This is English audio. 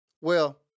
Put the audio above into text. Well-